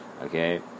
Okay